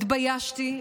התביישתי,